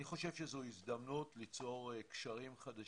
אני חושב שזו הזדמנות ליצור קשרים חדשים.